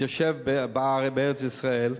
להתיישב בארץ-ישראל,